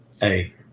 Hey